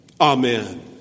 Amen